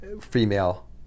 female